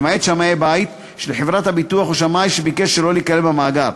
למעט "שמאי בית" של חברת הביטוח או שמאי שביקש שלא להיכלל במאגר.